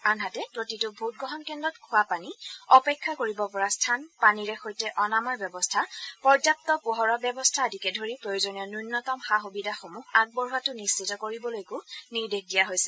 আনহাতে প্ৰতিটো ভোটগ্ৰহণ কেদ্ৰত খোৱাপানী অপেক্ষা কৰিব পৰা স্থান পানীৰে সৈতে অনাময় ব্যৱস্থা পৰ্যাপ্ত পোহৰৰ ব্যৱস্থা আদিকে ধৰি প্ৰয়োজনীয় ন্যনতম সা সবিধাসমূহ আগবঢোৱাটো নিশ্চিত কৰিবলৈকো নিৰ্দেশ দিয়া হৈছে